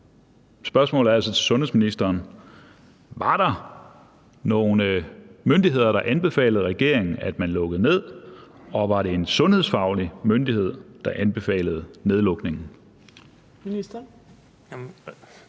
spørgsmål til sundhedsministeren er altså: Var der nogle myndigheder, der anbefalede regeringen, at man lukkede ned, og var det en sundhedsfaglig myndighed, der anbefalede nedlukningen? Kl. 14:44 Fjerde